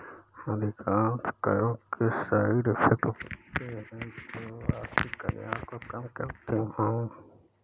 अधिकांश करों के साइड इफेक्ट होते हैं जो आर्थिक कल्याण को कम करते हैं